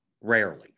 rarely